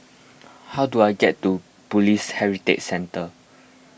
how do I get to Police Heritage Centre